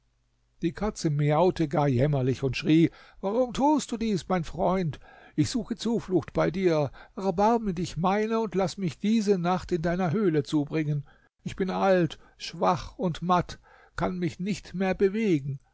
die katze miaute gar jämmerlich und schrie warum tust du dies mein freund ich suche zuflucht bei dir erbarme dich meiner und laß mich diese nacht in deiner höhle zubringen ich bin alt schwach und matt kann mich nicht mehr bewegen